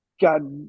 god